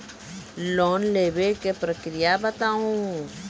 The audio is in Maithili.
लोन लेवे के प्रक्रिया बताहू?